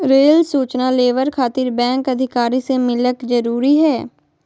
Rail सूचना labour खातिर bank अधिकारी से मिलक जरूरी है?